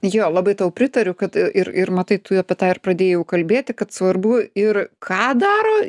jo labai tau pritariu kad ir ir matai tu ju apie tą ir pradėjai jau kalbėti kad svarbu ir ką daro